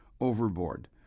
overboard